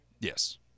Yes